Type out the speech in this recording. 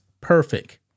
perfect